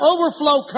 Overflow